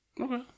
okay